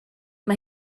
mae